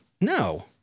No